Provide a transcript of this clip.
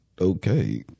Okay